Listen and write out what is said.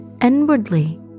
inwardly